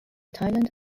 thailand